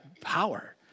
power